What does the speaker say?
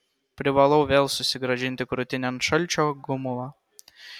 privalau vėl susigrąžinti krūtinėn šalčio gumulą